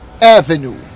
avenue